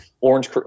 orange